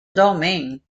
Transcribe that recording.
domain